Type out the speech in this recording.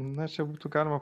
na čia būtų galima